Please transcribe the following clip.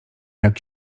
jak